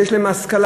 שיש להם השכלה,